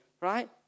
right